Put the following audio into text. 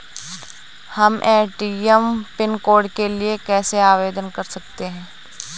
हम ATM pin code के लिए कैसे आवेदन कर सकते हैं?